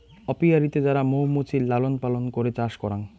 অপিয়ারীতে যারা মৌ মুচির লালন পালন করে চাষ করাং